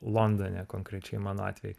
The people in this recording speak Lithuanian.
londone konkrečiai mano atveju